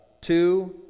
two